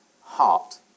heart